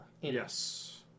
Yes